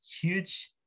huge